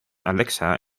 alexa